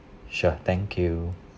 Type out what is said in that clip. sure thank you